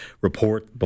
report